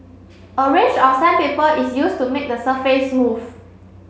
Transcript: a range of sandpaper is used to make the surface smooth